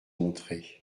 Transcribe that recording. montrer